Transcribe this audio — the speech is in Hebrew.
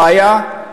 הבעיה,